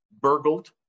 burgled